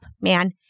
man